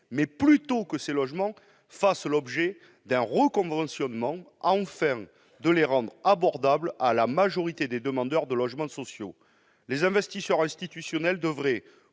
mais plutôt que ces logements fassent l'objet d'un reconventionnement, afin de les rendre abordables à la majorité des demandeurs de logements sociaux. Les investisseurs institutionnels devraient,